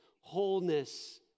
wholeness